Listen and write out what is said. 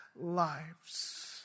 lives